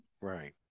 Right